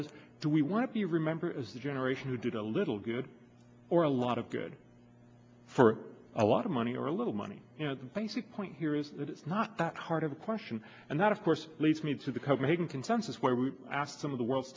is do we want to be remembered as the generation who did a little good or a lot of good for a lot of money or a little money you know the basic point here is that it's not that hard of a question and that of course leads me to the copenhagen consensus where we ask some of the world